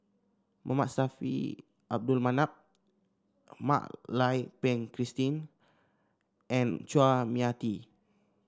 Saffri Manaf Mak Lai Peng Christine and Chua Mia Tee